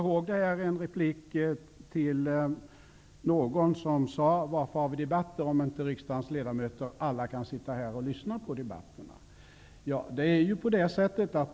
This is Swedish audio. Någon har undrat tidigare i dag varför vi har debatter om inte alla riksdagens ledamöter kan sitta här och lyssna på dem.